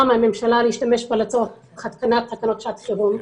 מהממשלה להשתמש בה לצורך התקנת תקנות שעת חירום,